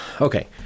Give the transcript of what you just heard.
okay